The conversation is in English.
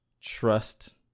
trust